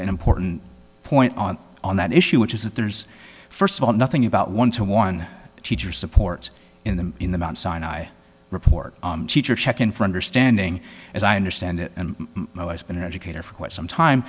an important point on on that issue which is that there's first of all nothing about one to one teacher supports in the in the mt sinai report teacher check in for understanding as i understand it and my wife's been an educator for quite some time